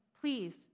please